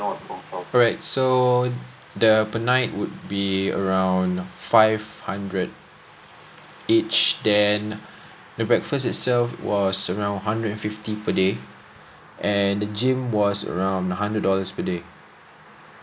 alright so the per night would be around five hundred each then the breakfast itself was around hundred and fifty per day and the gym was around hundred dollars per day